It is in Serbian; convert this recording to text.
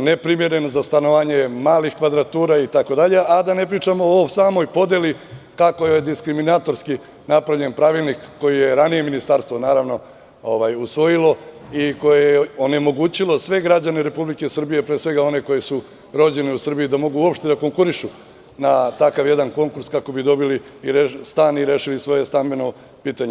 neprimeren za stanovanje, malih kvadratura itd, a da ne pričamo o samoj podeli, kako je diskriminatorski napravljen pravilnik koji je ranije ministarstvo usvojilo i koje je onemogućio sve građane Republike Srbije, pre svega one koji su rođeni u Srbiji, da mogu uopšte da konkurišu na takav jedan konkurs, kako bi dobili stan i rešili svoje stambeno pitanje.